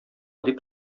дип